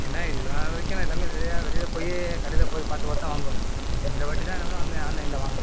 என்ன இதுநாள் வரைக்கும் நான் எல்லாமே நிறையா வெளியில் போய் கடையில் போய் பார்த்து பார்த்துதான் வாங்குவேன் பட் இந்தவாட்டி தான் என்ன பண்ணேன் வந்து ஆன்லைனில் வாங்கினேன்